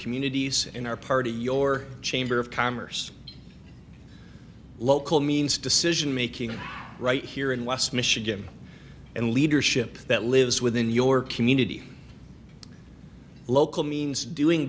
communities in our party your chamber of commerce local means decision making right here in west michigan and leadership that lives within your community local means doing